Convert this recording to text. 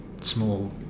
small